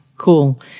Cool